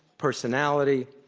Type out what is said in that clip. personality,